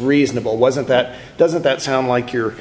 reasonable wasn't that doesn't that sound like your